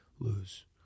Lose